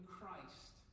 Christ